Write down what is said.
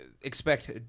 expect